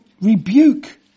rebuke